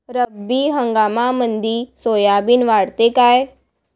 रब्बी हंगामामंदी सोयाबीन वाढते काय?